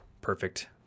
perfect